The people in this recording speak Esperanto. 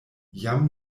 jam